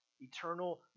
Eternal